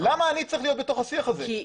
למה אני צריך להיות בתוך השיח הזה?